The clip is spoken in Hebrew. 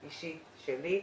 אישית שלי,